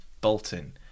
Bolton